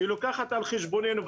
היא לוקחת על חשבוננו,